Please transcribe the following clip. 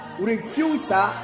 refuser